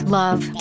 love